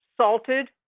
salted